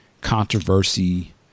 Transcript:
controversy